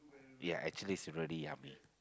ya actually it's really yummy